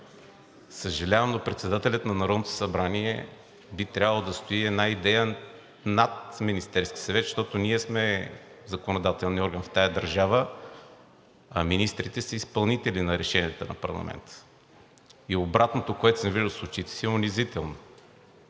Съжалявам, но председателят на Народното събрание би трябвало да стои една идея над Министерския съвет, защото ние сме законодателният орган в тази държава, а министрите са изпълнители на решенията на парламента, и обратното, което съм виждал с очите си, е унизително.